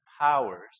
powers